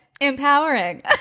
empowering